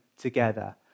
together